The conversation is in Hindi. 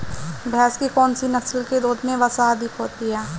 भैंस की कौनसी नस्ल के दूध में वसा अधिक होती है?